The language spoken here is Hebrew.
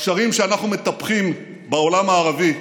הקשרים שאנחנו מטפחים בעולם הערבי,